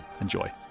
Enjoy